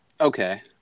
okay